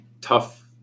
tough